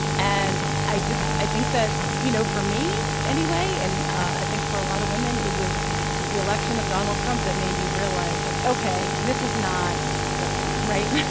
and i just i think that, you know, for me, anyway, and i think for a lot of women, it was the election of donald trump that made me realize, like, ok. this is not working, right?